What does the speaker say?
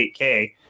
8K